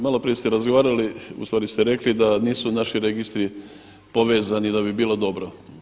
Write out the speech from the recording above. Malo prije ste razgovarali ustvari ste rekli da nisu naši registri povezani da bi bilo dobro.